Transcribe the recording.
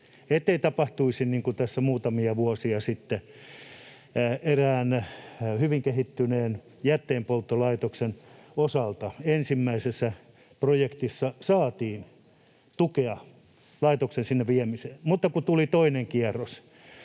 niin kuin tässä muutamia vuosia sitten erään hyvin kehittyneen jätteenpolttolaitoksen osalta: Ensimmäisessä projektissa saatiin tukea laitoksen viemiseen, mutta kun tuli toinen kierros,